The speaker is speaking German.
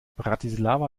bratislava